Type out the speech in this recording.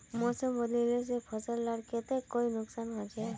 मौसम बदलिले से फसल लार केते कोई नुकसान होचए?